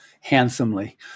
handsomely